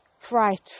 Fright